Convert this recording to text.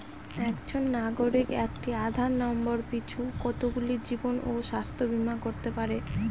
একজন নাগরিক একটি আধার নম্বর পিছু কতগুলি জীবন ও স্বাস্থ্য বীমা করতে পারে?